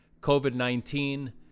COVID-19